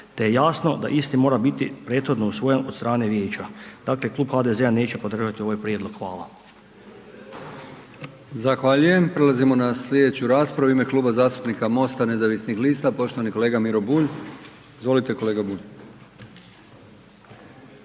te je jasno da isti mora biti prethodno usvojen od strane vijeća. Dakle HDZ-a neće podržati ovaj prijedlog, hvala. **Brkić, Milijan (HDZ)** Zahvaljujem, prelazimo na slijedeću raspravu, u ime Kluba zastupnika MOST-a nezavisnih lista, poštovani kolega Miro Bulj, izvolite kolega. **Bulj,